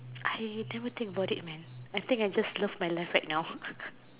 I never think about it man I think I just love my life right now